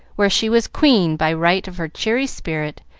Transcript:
where she was queen by right of her cheery spirit,